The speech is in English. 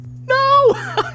No